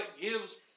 gives